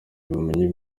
ubumenyi